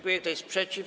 Kto jest przeciw?